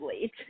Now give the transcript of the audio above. late